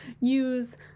use